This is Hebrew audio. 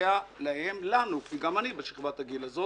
חלקם במצב יותר טוב וחלקם במצב הרבה פחות טוב.